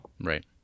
Right